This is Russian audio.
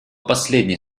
последней